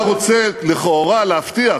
אתה רוצה, לכאורה, להבטיח